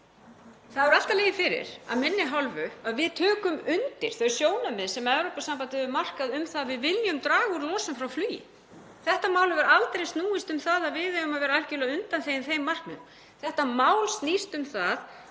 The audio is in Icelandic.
Það hefur alltaf legið fyrir af minni hálfu að við tökum undir þau sjónarmið sem Evrópusambandið hefur markað um það að við viljum draga úr losun frá flugi. Þetta mál hefur aldrei snúist um það að við eigum að vera algerlega undanþegin þeim markmiðum. Þetta mál snýst um að